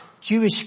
Jewish